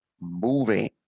moving